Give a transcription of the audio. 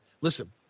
Listen